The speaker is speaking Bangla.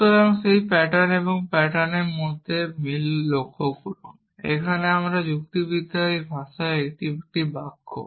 সুতরাং সেই প্যাটার্ন এবং এই প্যাটার্নের মধ্যে মিল লক্ষ্য করুন এখানে আমার যুক্তিবিদ্যার ভাষায় এটি একটি বাক্য